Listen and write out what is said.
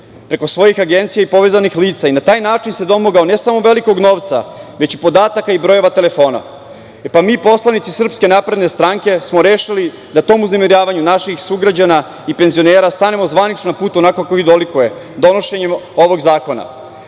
preko svojih agencija i povezanih lica ina taj način se domogao ne samo velikog novca, već i podataka i brojeva telefona. E pa mi, poslanici SNS smo rešili da tom uznemiravanju naših sugrađana i penzionera stanemo zvanično na put onako kako i dolikuje, donošenjem ovog zakona. Sledeći